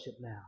now